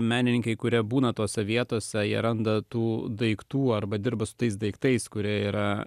menininkai kurie būna tose vietose jie randa tų daiktų arba dirba su tais daiktais kurie yra